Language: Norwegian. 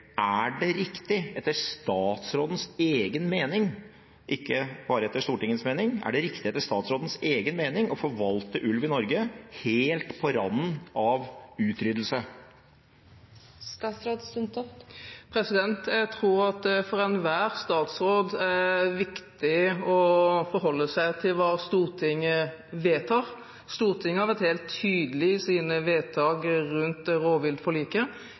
Er det riktig, etter statsrådens egen mening – ikke bare etter Stortingets mening – å forvalte ulv i Norge helt på randen av utryddelse? Jeg tror at det for enhver statsråd er viktig å forholde seg til hva Stortinget vedtar. Stortinget har vært helt tydelig i sine vedtak rundt rovviltforliket.